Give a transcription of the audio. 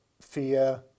fear